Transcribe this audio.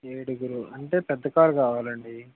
ఏడుగురు అంటే పెద్ద కార్ కావాలండి